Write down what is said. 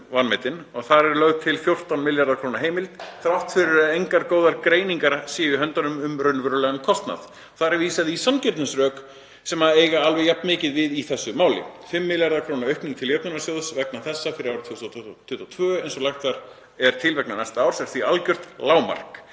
vanmetinn. Þar er lögð til 14 milljarða kr. heimild þrátt fyrir að enginn hafi góðar greiningar í höndunum um raunverulegan kostnað. Þar er vísað í sanngirnisrök sem eiga alveg jafn mikið við í þessu máli. 5 milljarða kr. aukning til jöfnunarsjóðs vegna þessa fyrir árið 2022, eins og lagt er til vegna næsta árs, er því algjört lágmark.